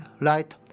Light